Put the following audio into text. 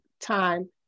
time